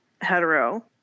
hetero